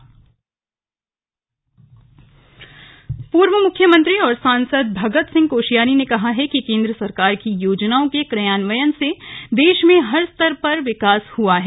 भगत सिंह कोश्यारी पूर्व मुख्यमंत्री और सांसद भगत सिंह कोश्यारी ने कहा है कि केंद्र सरकार की योजनाओं के क्रियान्वयन से देश में हर स्तर पर विकास हुआ है